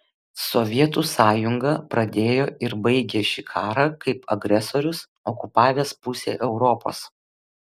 sovietų sąjunga pradėjo ir baigė šį karą kaip agresorius okupavęs pusę europos